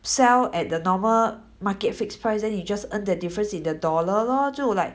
sell at the normal market fixed prices then 你 just earn the difference in the dollar lor 就 like